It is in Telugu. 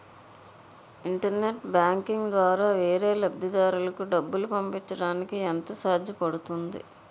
ఇంటర్నెట్ బ్యాంకింగ్ ద్వారా వేరే లబ్ధిదారులకు డబ్బులు పంపించటానికి ఎంత ఛార్జ్ పడుతుంది?